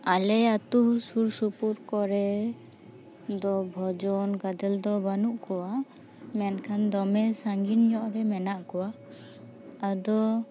ᱟᱞᱮ ᱟᱹᱛᱩ ᱥᱩᱨ ᱥᱩᱯᱩᱨ ᱠᱚᱨᱮ ᱫᱚ ᱵᱷᱚᱡᱚᱱ ᱜᱟᱫᱮᱞ ᱫᱚ ᱵᱟᱹᱱᱩᱜ ᱠᱚᱣᱟ ᱢᱮᱱᱠᱷᱟᱱ ᱫᱚᱢᱮ ᱥᱟᱺᱜᱚᱤᱧ ᱧᱚᱜ ᱨᱮ ᱢᱮᱱᱟᱜ ᱠᱚᱣᱟ ᱟᱫᱚ